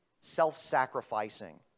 self-sacrificing